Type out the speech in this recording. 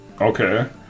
okay